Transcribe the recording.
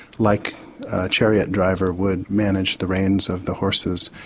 like a chariot driver would manage the reins of the horses,